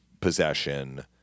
possession